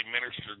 Minister